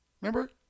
remember